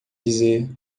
dizer